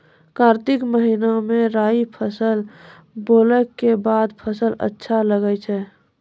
कार्तिक महीना मे राई फसल बोलऽ के बाद फसल अच्छा लगे छै